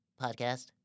podcast